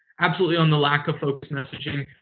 absolutely on the lack of focused messaging.